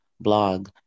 blog